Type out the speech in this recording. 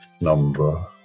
number